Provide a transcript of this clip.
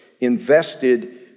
invested